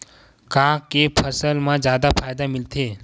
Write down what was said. का के फसल मा जादा फ़ायदा मिलथे?